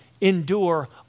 endure